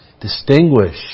distinguish